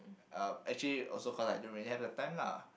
uh actually also cause I don't really have the time lah